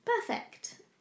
perfect